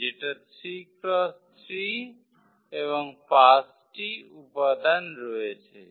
যেটা 3 × 3 এবং 5 টি উপাদান রয়েছে